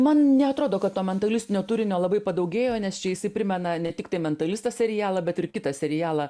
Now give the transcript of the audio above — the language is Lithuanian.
man neatrodo kad to mentalistinio turinio labai padaugėjo nes čia jisai primena ne tiktai mentalistą serialą bet ir kitą serialą